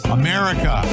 america